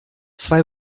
zwei